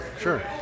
sure